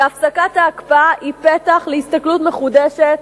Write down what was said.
והפסקת ההקפאה היא פתח להסתכלות מחודשת.